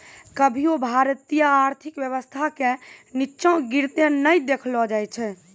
कभियो भारतीय आर्थिक व्यवस्था के नींचा गिरते नै देखलो जाय छै